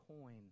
coin